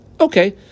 Okay